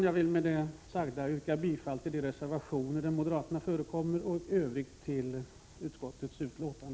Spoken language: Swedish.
Jag vill med det sagda yrka bifall till de reservationer som moderaterna har undertecknat och i övrigt bifall till utskottets hemställan.